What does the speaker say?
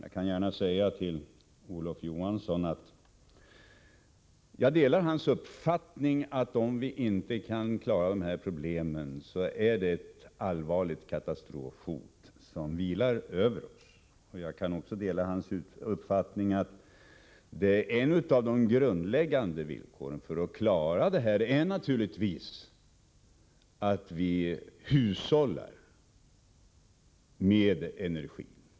Till Olof Johansson kan jag säga att jag delar hans uppfattning att om vi inte kan klara dessa problem, så är det ett allvarligt katastrofhot som vilar över oss. Jag kan också dela hans uppfattning att ett av de grundläggande villkoren för att klara problemen är naturligtvis att vi hushållar med energi.